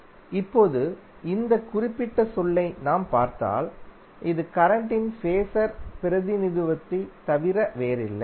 இப்போது இந்த குறிப்பிட்ட சொல்லை நாம் பார்த்தால் இது கரண்ட்டின் ஃபேஸர் பிரதிநிதித்துவத்தைத் தவிர வேறில்லை